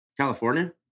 California